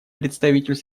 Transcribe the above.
представитель